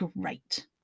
great